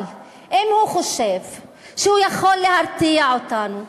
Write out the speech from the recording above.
אבל אם הוא חושב שהוא יכול להרתיע אותנו,